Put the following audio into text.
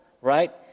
right